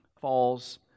falls